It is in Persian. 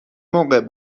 موقع